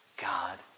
God